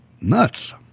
nuts